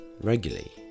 regularly